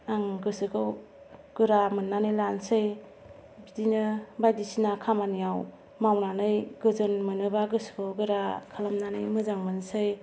आं गोसोखौ गोरा मोन्नानै लानोसै बिदिनो बायदिसिना खामानियाव मावनानै गोजोन मोनोबा गोसोखौ गोरा खालामनानै मोजां मोनसै